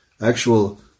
actual